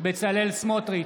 בצלאל סמוטריץ'